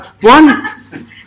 one